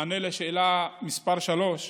מענה על שאלה מס' 3: